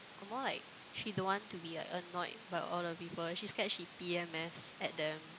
or more like she don't want to be like annoyed by all the people she scared she P_M_S at them